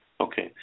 Okay